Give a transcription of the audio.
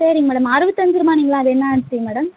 சரிங்க மேடம் அறுபத்தஞ்சி ரூபான்னிங்கள அது என்ன அரிசிங்க மேடம்